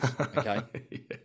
okay